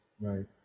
Right